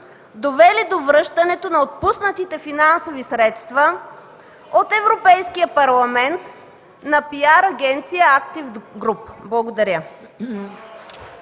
довели до връщането на отпуснатите финансови средства от Европейския парламент на PR агенция „Актив груп”. Благодаря.